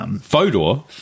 Fodor